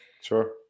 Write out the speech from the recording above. Sure